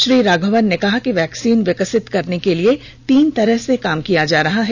श्री राघवन ने कहा कि वैक्सीन विकसित करने के लिए तीन तरह से काम किया जा रहा है